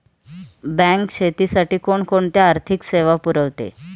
Bank शेतीसाठी कोणकोणत्या आर्थिक सेवा पुरवते?